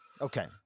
Okay